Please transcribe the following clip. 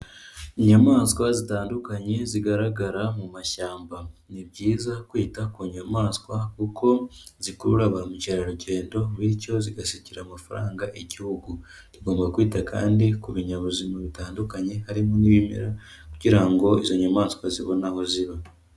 Inyamaswa zitandukanye zigaragara mu mashyamba ni byiza kwita ku nyamaswa kuko zikurura ba mukerarugendo bityo zigasigira amafaranga igihugu, tugomba kwita kandi ku binyabuzima bitandukanye harimo n'ibimera kugira ngo izo nyamaswa zibone aho ziba.